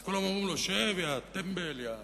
אז כולם אומרים לו שב, יא טמבל, תשב.